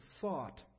thought